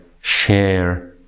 share